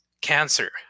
cancer